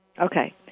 Okay